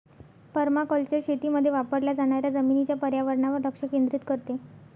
permaculture शेतीमध्ये वापरल्या जाणाऱ्या जमिनीच्या पर्यावरणावर लक्ष केंद्रित करते